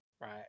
right